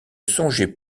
songeait